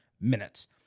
minutes